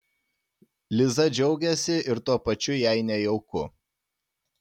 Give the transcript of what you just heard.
liza džiaugiasi ir tuo pačiu jai nejauku